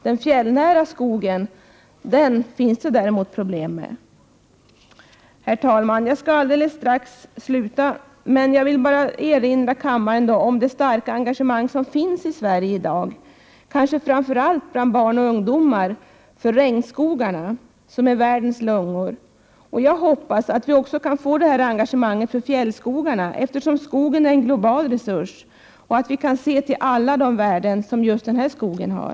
Den fjällnära skogen finns det däremot problem med. Herr talman! Jag skall alldeles strax sluta, men jag vill erinra kammaren om det starka engagemang som finns i Sverige i dag, kanske framför allt bland barn och ungdomar, för regnskogarna som är världens lungor. Jag hoppas att vi också kan få ett sådant engagemang för fjällskogen, eftersom skogen är en global resurs, och att vi kan se till alla de värden som just den skogen har.